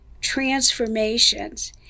transformations